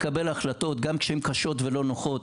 לקבל החלטות גם כשהן קשות ולא נוחות,